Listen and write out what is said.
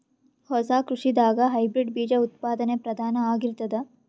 ಹೊಸ ಕೃಷಿದಾಗ ಹೈಬ್ರಿಡ್ ಬೀಜ ಉತ್ಪಾದನೆ ಪ್ರಧಾನ ಆಗಿರತದ